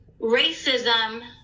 Racism